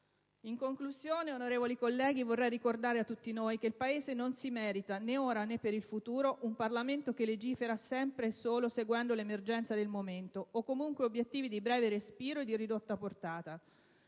In conclusione, onorevoli colleghi, vorrei ricordare a tutti noi che il Paese non si merita, né ora, né per il futuro, un Parlamento che legifera sempre e solo seguendo l'emergenza del momento, o comunque obiettivi di breve respiro e di ridotta portata.